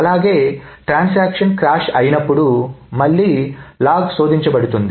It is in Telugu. అలాగే ట్రాన్సాక్షన్ క్రాష్ అయినప్పుడు మళ్ళీ లాగ్ శోధించబడుతుంది